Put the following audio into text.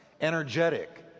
energetic